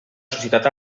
societat